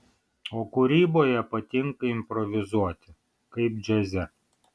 o kūryboje patinka improvizuoti kaip džiaze